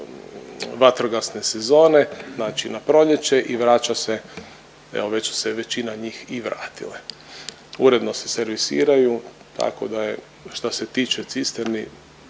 vatrogasne sezone, znači na proljeće i vraća se, evo već su se većina njih i vratile. Uredno se servisiraju tako da je šta se tiče cisterni